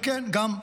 וכן,